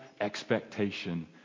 expectation